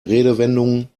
redewendungen